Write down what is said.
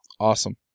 Awesome